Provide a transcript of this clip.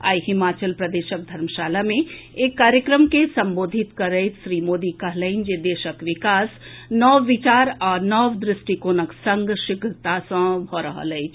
आई हिमाचल प्रदेशक धर्मशाला मे एक कार्यक्रम के संबोधित करैत श्री मोदी कहलनि जे देशक विकास नव विचार आ नव दृष्टिकोणक संग शीघ्रता सँ भऽ रहल अछि